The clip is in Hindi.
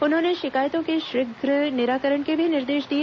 उन्होंने शिकायतों के शीघ्र निराकरण के भी निर्देश दिए